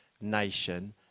nation